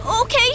okay